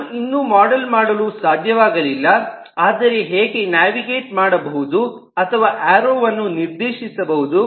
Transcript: ನಾನು ಇನ್ನೂ ಮಾಡೆಲ್ ಮಾಡಲು ಸಾಧ್ಯವಾಗಲಿಲ್ಲ ಅದನ್ನು ಹೇಗೆ ನ್ಯಾವಿಗೇಟ್ ಮಾಡಬಹುದು ಅಥವಾ ಏರೋ ವನ್ನು ನಿರ್ದೆಶಿಸಬಹುದು